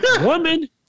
Woman